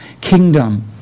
kingdom